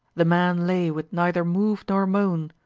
the man lay with neither move nor moan,